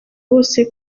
bose